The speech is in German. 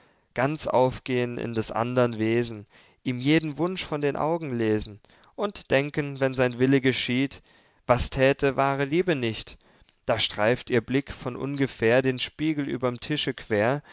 ganz aufgehn in des andern wesen ihm jeden wunsch von den augen lesen und denken wenn sein wille geschicht was thäte wahre liebe nicht da streift ihr blick von ungefähr den spiegel überm tische quer